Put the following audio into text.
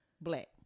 Black